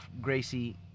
Gracie